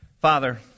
Father